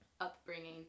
upbringing